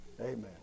Amen